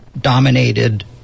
dominated